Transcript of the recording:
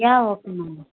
yeah okay madam